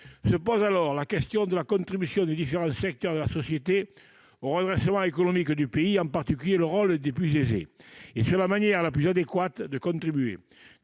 Se pose alors la question de la contribution des différents secteurs de la société au redressement économique du pays, en particulier le rôle des plus aisés, et sur la manière la plus adéquate de contribuer.